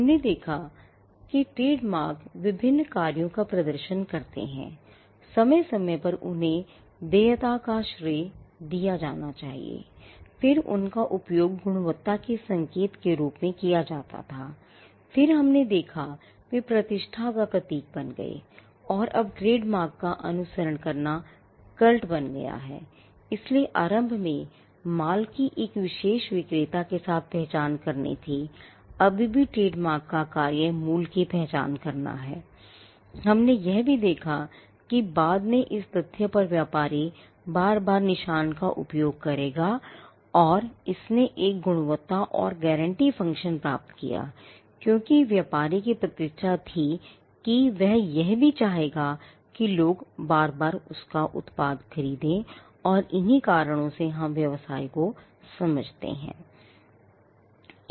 हमने देखा कि ट्रेडमार्क विभिन्न कार्यों का प्रदर्शन करते हैं समय समय पर उन्हें देयता प्राप्त किया क्योंकि व्यापारी की प्रतिष्ठा थी कि वह यह भी चाहेगा कि लोग बार बार उसका उत्पाद खरीदें और इन्हीं कारणों से हम व्यवसाय को समझते हैं